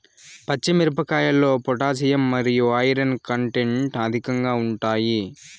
పచ్చి మిరపకాయల్లో పొటాషియం మరియు ఐరన్ కంటెంట్ అధికంగా ఉంటాయి